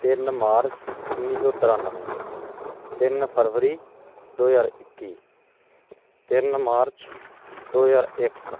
ਤਿੰਨ ਮਾਰਚ ਉੱਨੀ ਸੌ ਤਰਾਨਵੇਂ ਤਿੰਨ ਫਰਵਰੀ ਦੋ ਹਜ਼ਾਰ ਇੱਕੀ ਤਿੰਨ ਮਾਰਚ ਦੋ ਹਜ਼ਾਰ ਇੱਕ